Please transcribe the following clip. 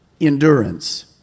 endurance